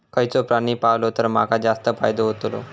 खयचो प्राणी पाळलो तर माका जास्त फायदो होतोलो?